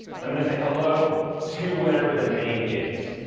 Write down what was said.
i'm going to say hello to whatever the name is.